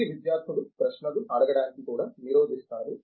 ఇది విద్యార్థులు ప్రశ్నలు అడగడానికి కూడా నిరోధిస్తారు